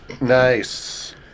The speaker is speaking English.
Nice